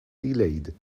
delayed